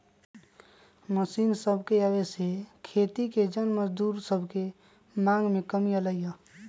machine सभके आबे से खेती के जन मजदूर सभके मांग में कमी अलै ह